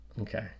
okay